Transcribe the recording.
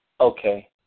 Okay